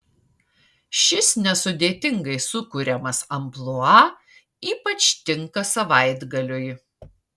šis nesudėtingai sukuriamas amplua ypač tinka savaitgaliui